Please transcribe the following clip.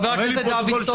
חבר הכנסת דוידסון.